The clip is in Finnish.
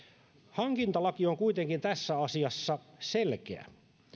hankintalaki on kuitenkin tässä asiassa selkeä